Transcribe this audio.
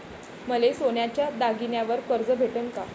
मले सोन्याच्या दागिन्यावर कर्ज भेटन का?